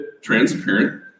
transparent